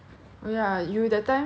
you went to korea